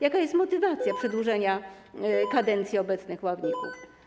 Jaka jest motywacja przedłużenia kadencji obecnych ławników?